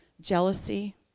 jealousy